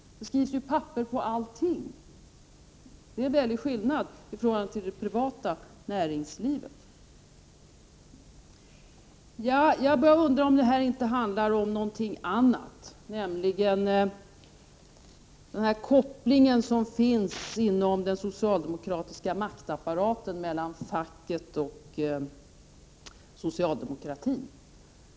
Det skrivs ju papper på allting. Det är en stor skillnad jämfört med förhållandena i det privata näringslivet. Jag börjar undra om det inte här handlar om någonting annat, nämligen om kopplingen mellan facket och socialdemokratin inom den socialdemokratiska maktapparaten.